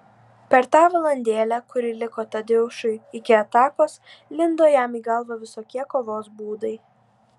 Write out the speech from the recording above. per tą valandėlę kuri liko tadeušui iki atakos lindo jam į galvą visokie kovos būdai